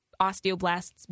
osteoblasts